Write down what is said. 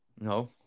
No